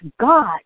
God